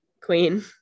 Queen